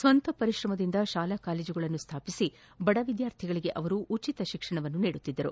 ಸ್ವಂತ ಪರಿಶ್ರಮದಿಂದ ಶಾಲಾ ಕಾಲೇಜುಗಳನ್ನು ಸ್ವಾಪಿಸಿ ಬಡ ವಿದ್ವಾರ್ಥಿಗಳಿಗೆ ಅವರು ಉಚಿತ ಶಿಕ್ಷಣವನ್ನು ನೀಡುತ್ತಿದ್ದರು